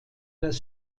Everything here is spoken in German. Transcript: das